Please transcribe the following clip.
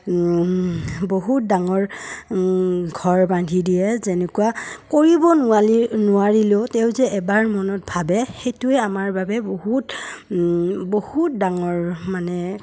বহুত ডাঙৰ ঘৰ বান্ধি দিয়ে যেনেকুৱা কৰিব নোৱালি নোৱাৰিলেও তেওঁ যে এবাৰ মনত ভাবে সেইটোৱে আমাৰ বাবে বহুত বহুত ডাঙৰ মানে